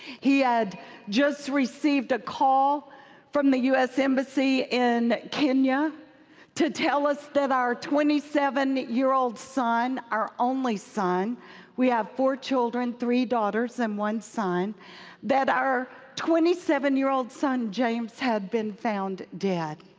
he had just received a call from the us embassy in kenya to tell us that our twenty seven year old son, our only son we have four children three daughters and one son that our twenty seven year old son james had been found dead.